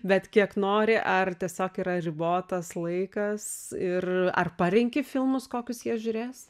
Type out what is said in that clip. bet kiek nori ar tiesiog yra ribotas laikas ir ar parenki filmus kokius jie žiūrės